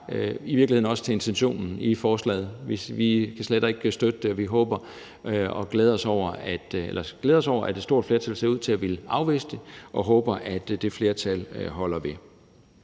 i virkeligheden også til intentionen i forslaget. Vi kan slet ikke støtte det, og vi glæder os over, at et stort flertal ser ud til at ville afvise det, og håber, at det flertal holder ved.